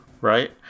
right